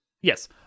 Yes